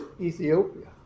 Ethiopia